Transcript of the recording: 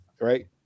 Right